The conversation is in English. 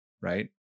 Right